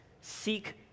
seek